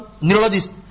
neurologist